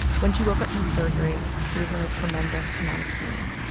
when she woke up from surgery, she was in a tremendous amount of pain.